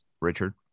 Richard